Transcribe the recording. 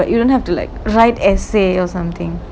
but you don't have to like write essay or something